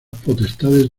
potestades